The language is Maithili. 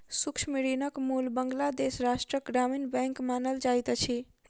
सूक्ष्म ऋणक मूल बांग्लादेश राष्ट्रक ग्रामीण बैंक मानल जाइत अछि